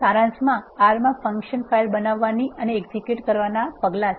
સારાંશમાં R માં function file બનાવવાની અને એક્ઝેક્યુટ કરવાનાં આ પગલાં છે